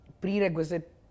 Prerequisite